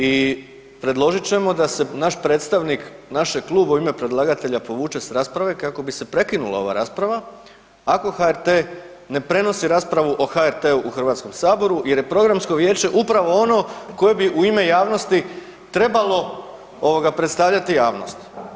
I predložit ćemo da se naš predstavnik našeg kluba u ime predlagatelja povuče s rasprave kako bi se prekinula ova rasprava ako HRT ne prenosi raspravu o HRT-u u Hrvatskom saboru jer je programsko vijeće upravo ono koje bi u ime javnosti trebalo predstavljati javnost.